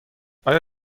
آیا